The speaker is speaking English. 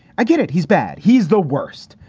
i get it. he's bad. he's the worst.